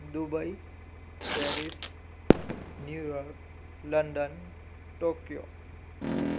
Dubai Paris New York London Tokyo